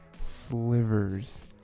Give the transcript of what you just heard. slivers